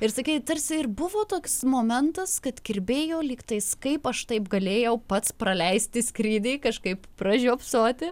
ir sakei tarsi ir buvo toks momentas kad kirbėjo lyg tais kaip aš taip galėjau pats praleisti skrydį kažkaip pražiopsoti